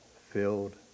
filled